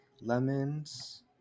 lemons